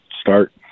start